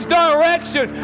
direction